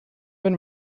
been